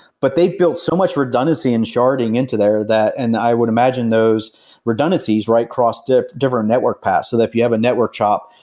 but they've built so much redundancy and sharding into there that and i would imagine those redundancies right across different network paths, so that if you have a network chop,